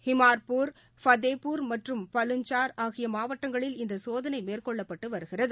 ஹாமிர்பூர் பத்தேபூர் மற்றும் பலஞ்ச்சார் ஆகியமாவட்டங்களில் இந்தசோதனைமேற்கொள்ளப்பட்டுவருகிறது